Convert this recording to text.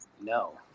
no